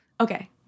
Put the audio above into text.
okay